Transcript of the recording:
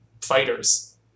Fighters